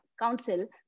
Council